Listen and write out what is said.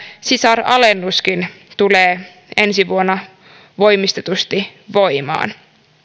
sisaralennus tulee ensi vuonna voimistetusti voimaan